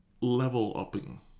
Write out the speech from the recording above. level-upping